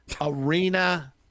arena